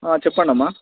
చెప్పండి అమ్మ